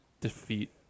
defeat